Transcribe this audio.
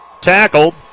tackled